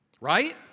right